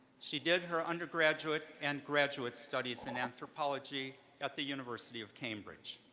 she did her undergraduate and graduate studies in anthropology at the university of cambridge.